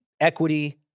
equity